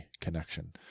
connection